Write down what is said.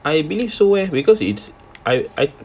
I believe so leh because it's i~ I